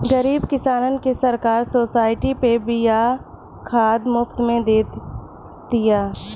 गरीब किसानन के सरकार सोसाइटी पे बिया खाद मुफ्त में दे तिया